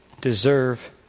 deserve